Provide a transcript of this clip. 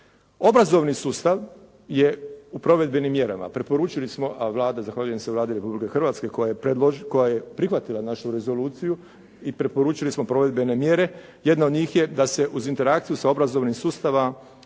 Obrazovni sustav je u provedbenim mjerama. Preporučili smo, a Vlada, zahvaljujem se Vladi Republike Hrvatske koja je prihvatila našu rezoluciju i preporučili smo provedbene mjere. Jedna od njih je da se uz interakciju sa obrazovnim sustavom,